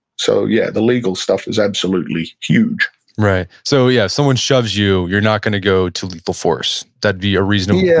so yeah, the legal stuff is absolutely huge right. so yeah, someone shoves you you're not going to go to lethal force. that'd be a reasonable threat yeah,